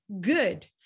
good